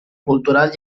cultural